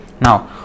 Now